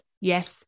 yes